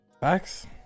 Facts